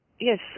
Yes